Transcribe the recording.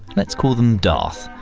let's call them darth,